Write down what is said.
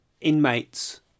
inmates